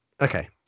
Okay